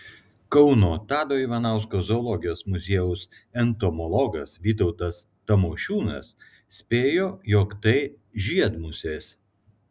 kauno tado ivanausko zoologijos muziejaus entomologas vytautas tamošiūnas spėjo jog tai žiedmusės